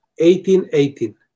1818